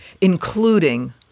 including